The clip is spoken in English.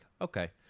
okay